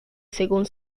según